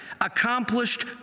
accomplished